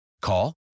Call